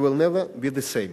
you will never be the same.